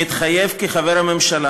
מתחייב כחבר הממשלה